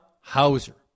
Hauser